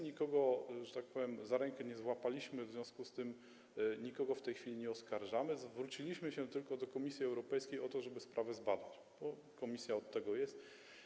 Nikogo, że tak powiem, za rękę nie złapaliśmy, w związku z tym nikogo w tej chwili nie oskarżamy, zwróciliśmy się tylko do Komisji Europejskiej o zbadanie sprawy, bo Komisja od tego jest.